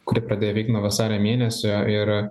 kuri pradėjo veikt nuo vasario mėnesio ir